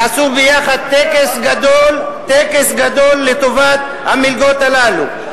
ועשו ביחד טקס גדול לטובת המלגות הללו.